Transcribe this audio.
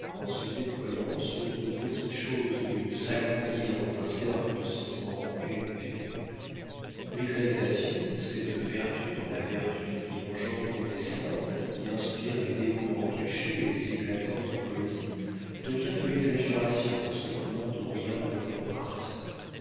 en se déployant sur de petites choses au lieu de s'agrandir dans un cercle de sentiments élevés l'exaltation cette vertu dans la vertu qui engendre les saintes qui inspire les dévouements cachés et les éclatantes poésies devient de l'exagération en se prenant aux riens de la province